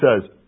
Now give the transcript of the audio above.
says